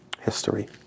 History